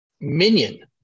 minion